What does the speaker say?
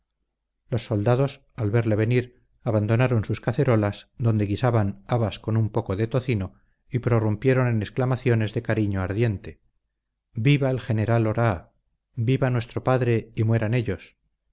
los soldados al verle venir abandonaron sus cacerolas donde guisaban habas con un poco de tocino y prorrumpieron en exclamaciones de cariño ardiente viva el general oraa viva nuestro padre y mueran ellos